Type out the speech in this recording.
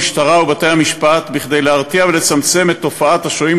המשטרה ובתי-המשפט להרתיע ולצמצם את תופעת השוהים